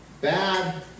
bad